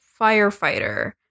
firefighter